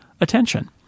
attention